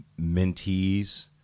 mentees